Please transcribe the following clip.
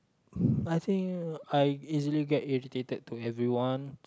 I think I easily get agitated to everyone